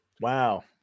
Wow